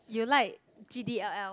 you like G_D_L_L